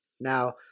now